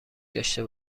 داشته